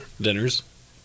dinners